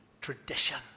tradition